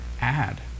add